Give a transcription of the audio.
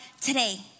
today